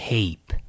Tape